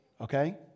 Okay